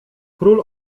król